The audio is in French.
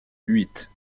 huit